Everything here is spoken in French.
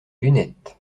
lunettes